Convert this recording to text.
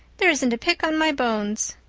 there isn't a pick on my bones.